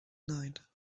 night